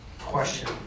question